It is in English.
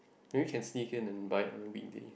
maybe can see again and buy on other weekday